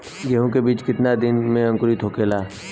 गेहूँ के बिज कितना दिन में अंकुरित होखेला?